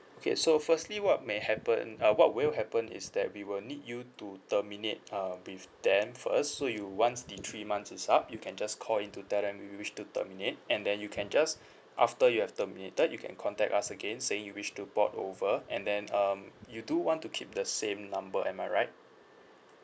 okay so firstly what may happen uh what will happen is that we will need you to terminate uh with them first so you once the three months is up you can just call in to tell them you wish to terminate and then you can just after you have terminated you can contact us again saying you wish to port over and then um you do want to keep the same number am I right